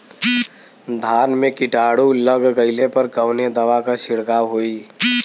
धान में कीटाणु लग गईले पर कवने दवा क छिड़काव होई?